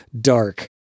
dark